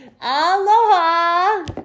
Aloha